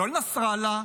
לא לנסראללה,